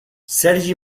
sergi